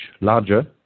larger